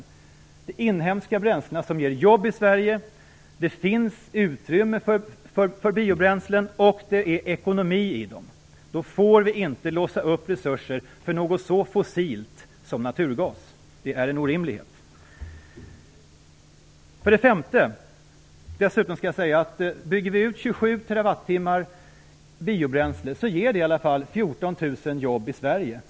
Det är de inhemska bränslena som ger jobb i Sverige. Det finns utrymme för biobränslen, och det är ekonomi i dem. Då får vi inte låsa upp resurser i något så "fossilt" som naturgas. Det är en orimlighet. Bygger vi ut 27 TWh biobränslen ger det i varje fall 14 000 jobb i Sverige.